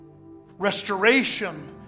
restoration